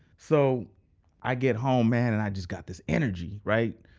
so i get home man, and i just got this energy, right?